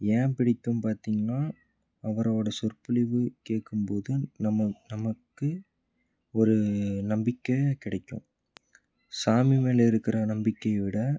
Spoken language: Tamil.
ஏன் பிடிக்கும்னு பார்த்தீங்கன்னா அவரோடய சொற்பொழிவு கேட்கும் போதும் நம்ம நமக்கு ஒரு நம்பிக்கை கிடைக்கும் சாமி மேலே இருக்கிற நம்பிக்கையை விட